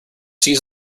seized